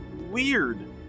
weird